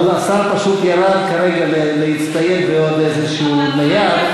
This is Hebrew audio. השר פשוט ירד כרגע להצטייד בעוד איזשהו נייר.